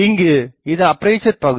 இங்கு இது அப்பேசர் பகுதி